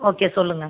okay சொல்லுங்கள்